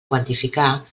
quantificar